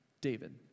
David